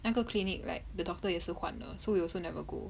那个 clinic like the doctor 也是换了 so we also never go